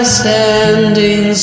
standing